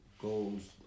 goals